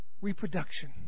Reproduction